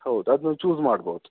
ಹೌದು ಅದ್ನ ಚೂಸ್ ಮಾಡ್ಬೋದು